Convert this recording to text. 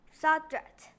subject